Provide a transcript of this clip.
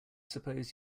suppose